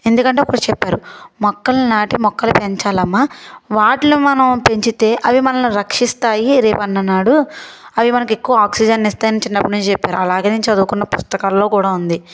ఎందుకంటే ఒకటి చెప్పారు మొక్కలు నాటి మొక్కలు పెంచాలమ్మ వాటిలో మనం పెంచితే అవి మనల్ని రక్షిస్తాయి రేపన్ననాడు అవి మనకు ఎక్కువ ఆక్సిజన్ ఇస్తాయని చిన్నప్పటి నుంచి చెప్పారు అలాగే నేను చదువుకున్న పుస్తకాల్లో కూడా ఉంది